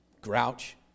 Grouch